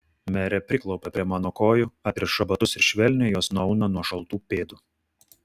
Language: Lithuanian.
merė priklaupia prie mano kojų atriša batus ir švelniai juos nuauna nuo šaltų pėdų